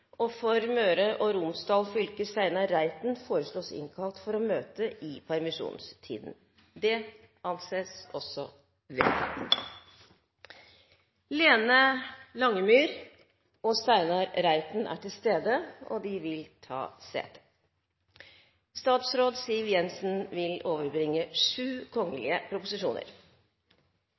og innvilges. Følgende vararepresentanter innkalles for å møte i permisjonstiden: For Aust-Agder fylke: Lene LangemyrFor Møre og Romsdal fylke: Steinar Reiten Lene Langemyr og Steinar Reiten er til stede og vil ta sete.